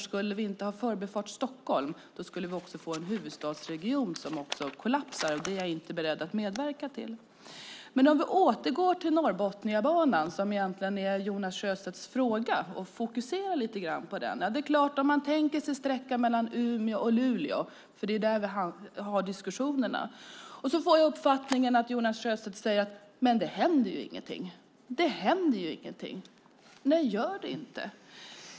Skulle vi inte ha Förbifart Stockholm skulle vi också få en huvudstadsregion som kollapsar, och det är jag inte beredd att medverka till. Låt oss återgå till Norrbotniabanan, som egentligen är Jonas Sjöstedts fråga, och fokusera lite grann på den. Om man tänker på sträckan mellan Umeå och Luleå, för det är där vi har diskussionerna, får jag uppfattningen att Jonas Sjöstedt säger att det inte händer någonting. Gör det inte?